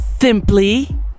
simply